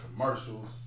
commercials